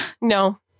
No